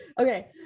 okay